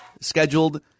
scheduled